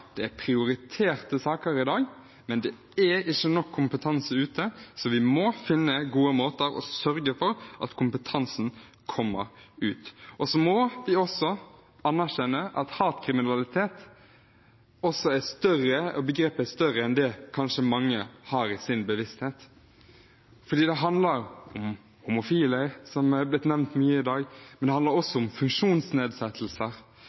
det er prioriterte saker i dag, men det er ikke nok kompetanse ute, så vi må finne gode måter å sørge for at kompetansen kommer ut på. Vi må også anerkjenne at begrepet «hatkriminalitet» er større enn mange kanskje har i sin bevissthet. For det handler om homofile, som har blitt nevnt mye i dag, men det handler